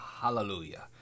Hallelujah